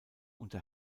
unter